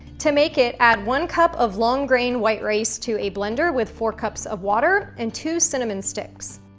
to make it, add one cup of long-grain white rice to a blender with four cups of water and two cinnamon sticks.